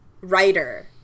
writer